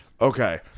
Okay